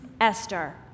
Esther